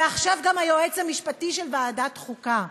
ועכשיו גם היועץ המשפטי של ועדת החוקה.